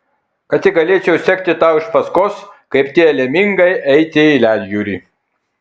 kad tik galėčiau sekti tau iš paskos kaip tie lemingai eiti į ledjūrį